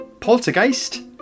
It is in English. poltergeist